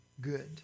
good